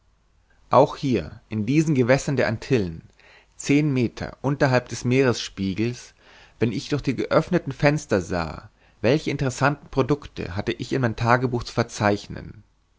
auch hier in diesen gewässern der antillen zehn meter unterhalb des meeresspiegels wenn ich durch die geöffneten fenster sah welche interessante producte hatte ich in meinem tagebuch zu verzeichnen